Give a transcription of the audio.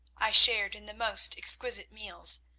i shared in the most exquisite meals,